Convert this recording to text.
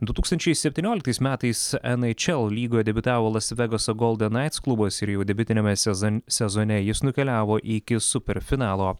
du tūkstančiai septynioliktais metais nhl lygoje debiutavo las vegaso golden naits klubas ir jau debiutiniame sezone sezone jis nukeliavo iki superfinalo